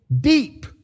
deep